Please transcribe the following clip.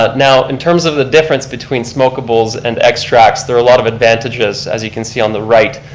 ah now, in terms of the difference between smokeables and extracts, there are a lot of advantages as you can see on the right,